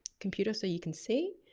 computer so you can see.